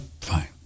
fine